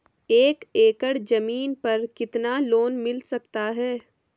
एक एकड़ जमीन पर कितना लोन मिल सकता है?